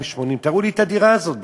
תראו לי את הדירה הזאת בכלל.